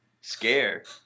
scared